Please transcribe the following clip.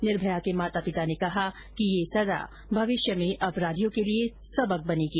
निर्भया के माता पिता ने कहा कि यह सजा भविष्य में अपराधियों के लिए सबक बनेगी